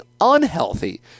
unhealthy